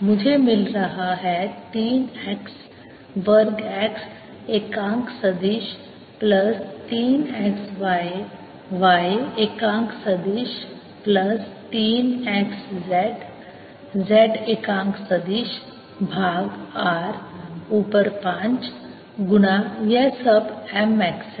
मुझे मिल रहा है 3 x वर्ग x एकांक सदिश प्लस 3 x y y एकांक सदिश प्लस 3 x z z एकांक सदिश भाग r ऊपर 5 गुना यह सब m x है